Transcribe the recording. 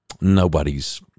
Nobody's